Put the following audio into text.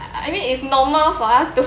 I I mean it's normal for us to